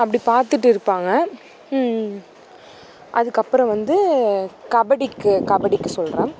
அப்படி பார்த்துட்டு இருப்பாங்க அதுக்கப்புறம் வந்து கபடிக்கு கபடிக்கு சொல்கிறேன்